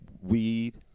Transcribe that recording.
weed